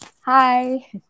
hi